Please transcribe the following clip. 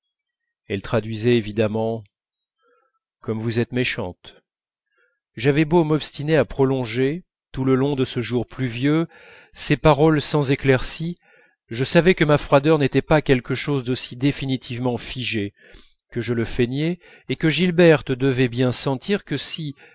elle traduisait évidemment comme vous êtes méchante j'avais beau m'obstiner à prolonger tout le long de ce jour pluvieux ces paroles sans éclaircies je savais que ma froideur n'était pas quelque chose d'aussi définitivement figé que je le feignais et que gilberte devait bien sentir que si